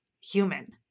human